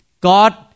God